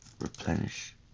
replenish